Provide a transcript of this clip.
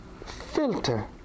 filter